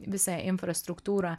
visą infrastruktūrą